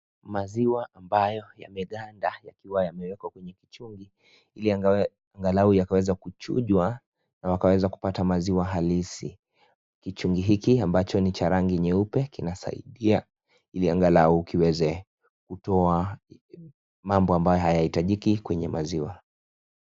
Maziwa ambayo yameganda yakiwa yamewekwa kwenye kichungi ili angalau yakaweza kuchujwa na wakaweza kupata maziwa halisi, kichungi hiki ambacho ni cha rangi nyeupe kinasaidia ili angalau kiweze kutoa mambo ambayo hayahitajiki kwenye maziwa.